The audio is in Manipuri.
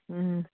ꯎꯝ